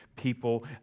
people